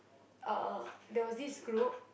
uh there was this group